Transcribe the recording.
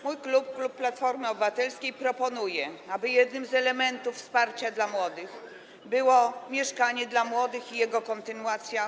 Mój klub, klub Platformy Obywatelskiej, proponuje, aby jednym z elementów wsparcia dla młodych był program „Mieszkanie dla młodych” i jego kontynuacja.